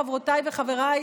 חברותיי וחבריי,